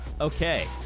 okay